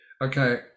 Okay